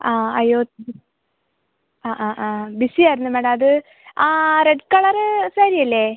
ആ അയ്യോ ആ ആ ആ ബിസി ആയിരുന്നു മാഡം അത് ആ റെഡ് കളറ് സാരിയല്ലേ